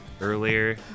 earlier